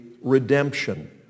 redemption